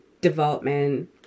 development